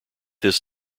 this